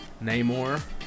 Namor